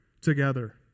together